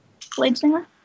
Bladesinger